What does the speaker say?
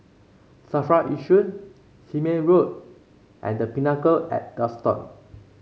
Safra Yishun Sime Road and The Pinnacle at Duxton